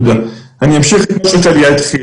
לכם את הכלי על פי